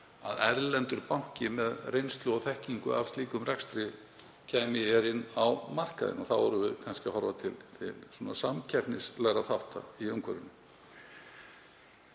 að erlendur banki með reynslu og þekkingu af slíkum rekstri kæmi inn á markaðinn. Þá erum við kannski að horfa til samkeppnislegra þátta í umhverfinu.